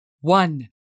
one